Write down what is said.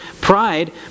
Pride